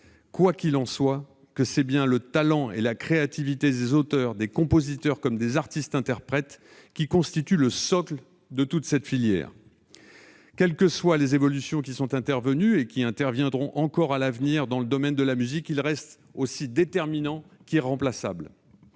Quoi qu'il en soit, reconnaissons que c'est bien le talent et la créativité des auteurs, des compositeurs comme des artistes-interprètes qui en constituent le socle. Quelles que soient les évolutions qui sont intervenues ou qui interviendront encore dans le domaine de la musique, leur rôle reste aussi déterminant qu'irremplaçable.